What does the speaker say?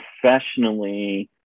professionally